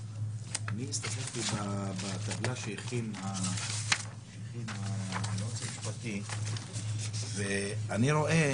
אני הסתכלתי בטבלה שהכין היועץ המשפטי ואני רואה